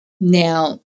Now